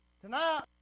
Tonight